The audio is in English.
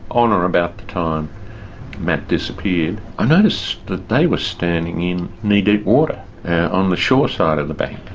on or about the time matt disappeared, i noticed that they were standing in knee-deep water on the shore side of the bank.